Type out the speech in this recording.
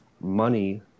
money